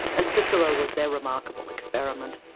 and cicero was their remarkable experiment.